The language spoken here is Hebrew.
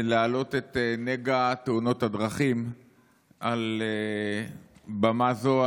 להעלות את נגע תאונות הדרכים על במה זו,